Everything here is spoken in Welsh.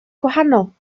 gwahanol